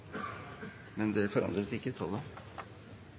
men det er ikke